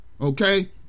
okay